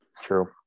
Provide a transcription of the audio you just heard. true